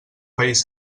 país